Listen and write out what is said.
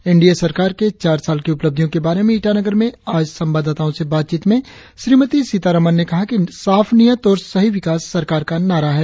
N D A सरकार की चार साल की उपलब्धियों के बारे में ईटानगर में आज संवाददाताओं से बातचीत में श्रीमती सीतारामन ने कहा कि साफ नियत और सही विकास सरकार का नारा है